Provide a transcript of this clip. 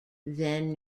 then